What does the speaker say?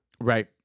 Right